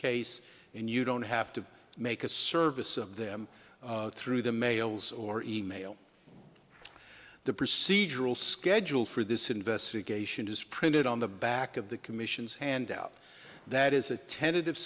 case and you don't have to make a service of them through the mails or email the procedural schedule for this investigation is printed on the back of the commissions handout that is a tentative